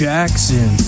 Jackson